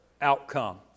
outcome